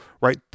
right